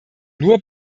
nur